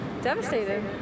devastated